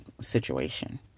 situation